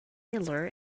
miller